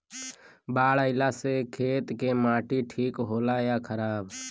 बाढ़ अईला से खेत के माटी ठीक होला या खराब?